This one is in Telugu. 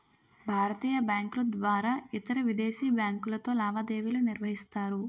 భారతీయ బ్యాంకుల ద్వారా ఇతరవిదేశీ బ్యాంకులతో లావాదేవీలు నిర్వహిస్తారు